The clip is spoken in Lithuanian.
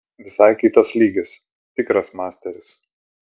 visai kitas lygis tikras masteris